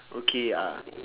okay ah